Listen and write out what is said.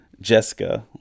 Jessica